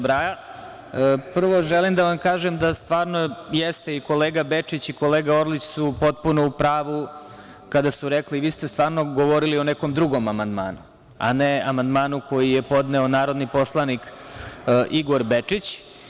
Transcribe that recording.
Prvo, želim da vam kažem da stvarno jeste, kolega Bečić i kolega Orlić su potpuno u pravu kada su rekli, vi ste stvarno govorili o nekom drugom amandmanu, a ne amandmanu koji je podneo narodni poslanik Igor Bečić.